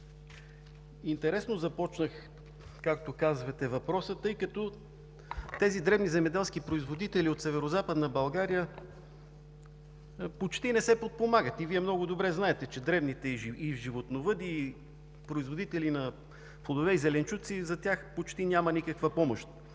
интересно започнах въпроса, както казвате, тъй като тези дребни земеделски производители от Северозападна България почти не се подпомагат и Вие, много добре знаете, че за дребните – и животновъди, и производители на плодове и зеленчуци, почти няма никаква помощ.